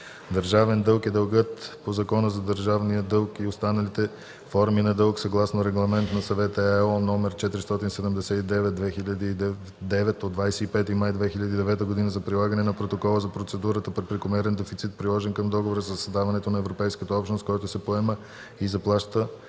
„Държавен дълг” е дългът по Закона за държавния дълг и останалите форми на дълг съгласно Регламент на Съвета (ЕО) № 479/2009 от 25 май 2009 г. за прилагане на Протокола за процедурата при прекомерен дефицит, приложен към Договора за създаване на Европейската общност, който се поема и изплаща